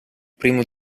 primo